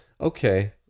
Okay